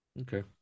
Okay